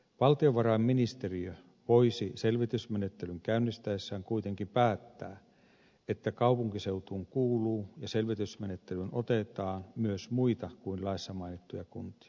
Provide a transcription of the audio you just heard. valtiovarainministeriö voisi selvitysmenettelyn käynnistäessään kuitenkin päättää että kaupunkiseutuun kuuluu ja selvitysmenettelyyn otetaan myös muita kuin laissa mainittuja kuntia